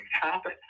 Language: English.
happen